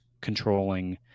controlling